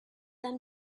them